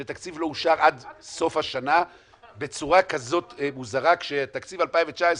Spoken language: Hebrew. שתקציב לא אושר עד סוף השנה בצורה כזאת מוזרה כשתקציב 2019,